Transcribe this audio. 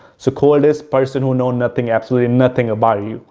so, cold is person who know nothing, absolutely nothing about you.